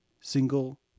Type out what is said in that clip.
single